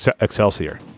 Excelsior